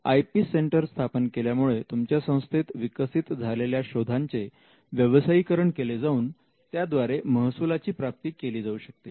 I P centre स्थापन केल्यामुळे तुमच्या संस्थेत विकसित झालेल्या शोधांचे व्यवसायीकरण केले जाऊन त्याद्वारे महसुलाची प्राप्ती केली जाऊ शकते